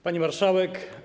Pani Marszałek!